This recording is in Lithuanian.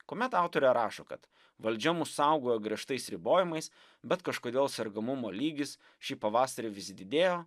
kuomet autorė rašo kad valdžia mus saugoja griežtais ribojimais bet kažkodėl sergamumo lygis šį pavasarį vis didėjo